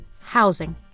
housing